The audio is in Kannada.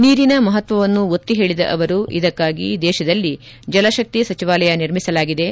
ನೀರಿನ ಮಪತ್ವವನ್ನು ಒತ್ತಿ ಹೇಳಿದ ಅವರು ಇದಕ್ಕಾಗಿ ದೇಶದಲ್ಲಿ ಜಲಶಕ್ತಿ ಸಚಿವಾಲಯ ಆರಭಿಸಲಾಗಿದ್ದು